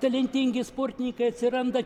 talentingi sportininkai atsiranda